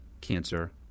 cancer